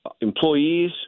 employees